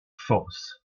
force